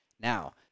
Now